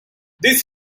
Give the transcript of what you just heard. this